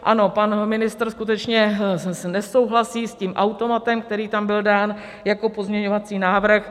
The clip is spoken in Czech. Ano, pan ministr skutečně nesouhlasí s tím automatem, který tam byl dán jako pozměňovací návrh.